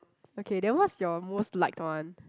okay then what's your most liked one